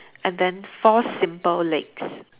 and then four simple legs